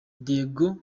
diego